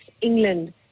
England